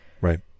Right